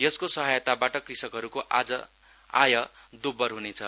यसको सहायताबाट कृषकहरूको आय दोब्बर ह्नेछ